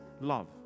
love